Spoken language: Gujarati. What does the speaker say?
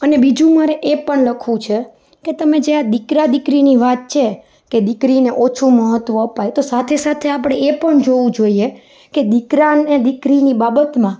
અને બીજું મારે એ પણ લખવું છે કે તમે જે આ દીકરા દીકરીની વાત છે કે દીકરીને ઓછું મહત્વ અપાય તો સાથે સાથે આપણે એ પણ જોવું જોઈએ કે દીકરાને દીકરીની બાબતમાં